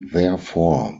therefore